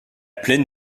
plaine